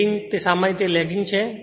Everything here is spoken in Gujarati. લેગિંગ તે સામાન્ય રીતે લેગિંગ છે